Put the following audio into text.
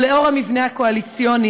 ולאור המבנה הקואליציוני,